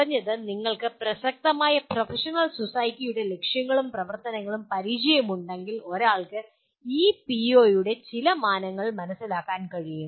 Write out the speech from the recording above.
കുറഞ്ഞത് നിങ്ങൾക്ക് പ്രസക്തമായ പ്രൊഫഷണൽ സൊസൈറ്റിയുടെ ലക്ഷ്യങ്ങളും പ്രവർത്തനങ്ങളും പരിചയമുണ്ടെങ്കിൽ ഒരാൾക്ക് ഈ പിഒയുടെ ചില മാനങ്ങൾ മനസ്സിലാക്കാൻ കഴിയും